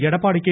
Edappadi K